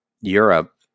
Europe